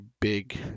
big